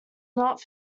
not